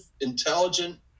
intelligent